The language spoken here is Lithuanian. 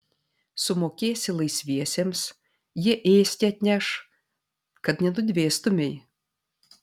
sumokėsi laisviesiems jie ėsti atneš kad nenudvėstumei